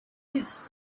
his